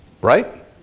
Right